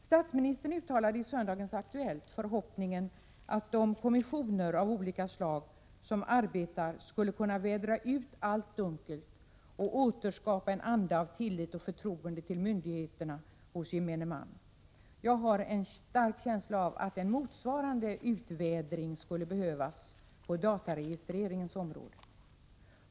Statsministern uttalade i söndagens Aktuellt förhoppningen att de kommissioner av olika slag som arbetar skulle kunna vädra ut allt dunkelt och hos gemene man återskapa en anda av tillit till och förtroende för myndigheterna. Jag har en stark känsla av att en motsvarande utvädring skulle behövas på dataregistreringens område.